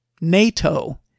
NATO